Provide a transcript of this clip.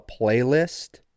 playlist